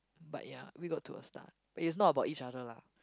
but ya we got to a start but it's not about each other lah